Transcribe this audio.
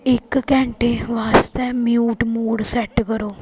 इक घैंटे वास्तै म्यूट मोड़ सैट्ट करो